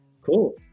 cool